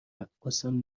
رقاصم